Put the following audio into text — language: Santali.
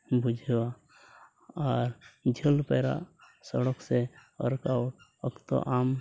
ᱵᱩᱡᱷᱟᱹᱣᱟ ᱟᱨ ᱡᱷᱟᱹᱞ ᱯᱟᱭᱨᱟᱜ ᱥᱚᱲᱚᱠ ᱥᱮ ᱯᱟᱹᱨᱠᱟᱹᱣ ᱚᱠᱛᱚ ᱟᱢ